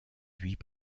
huit